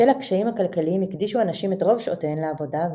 בשל הקשיים הכלכליים הקדישו הנשים את רוב שעותיהן לעבודה,